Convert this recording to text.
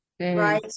right